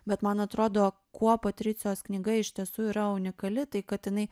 bet man atrodo kuo patricijos knyga iš tiesų yra unikali tai kad jinai